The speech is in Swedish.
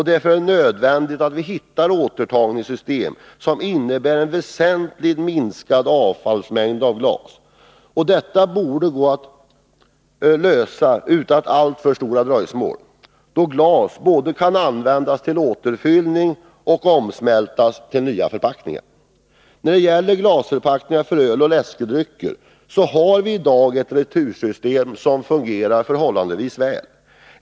Därför är det nödvändigt att hitta återtagningssystem som innebär en väsentligt minskad avfallsmängd av glas. Detta borde gå att lösa utan alltför stora dröjsmål, då glas både kan användas till återfyllning och omsmältas till nya förpackningar. När det gäller glasförpackningar för öl och läskedrycker så har vi i dag ett retursystem som fungerar förhållandevis väl.